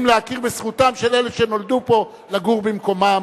להכיר בזכותם של אלה שנולדו פה לגור במקומם.